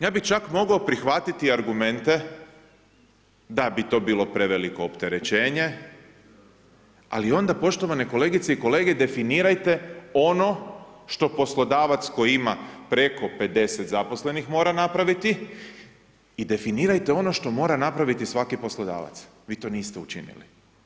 Ja bih čak mogao prihvatiti argumente da bi to bilo preveliko opterećenje, ali onda poštovane kolegice i kolege definirajte ono što poslodavac koji ima preko 50 zaposlenih mora napraviti i definirajte ono što mora napraviti svaki poslodavac, vi to niste učinili.